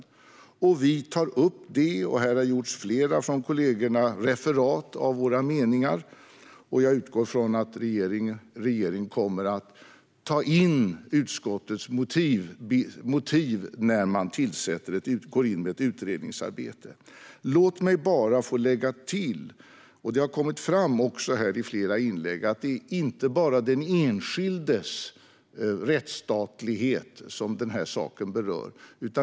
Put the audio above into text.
Kollegorna har gjort flera referat av våra meningar. Jag utgår från att regeringen kommer att ta in utskottets motiv när man går in med ett utredningsarbete. Låt mig bara få lägga till - det har också kommit fram här i flera inlägg - att det inte bara är den enskildes rättsstatlighet som den här saken berör.